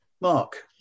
Mark